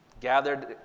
gathered